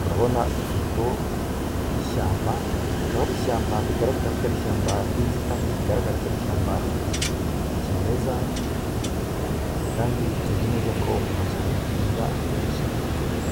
Turabona ifoto y'ishyamba ikaba ari ishyamba bigaragara ko ari ishyamba ryinzitane bigaragara ko ari ishyamba kimeza, kandi tuzi neza ko mu mashyamba kimeza akenshi,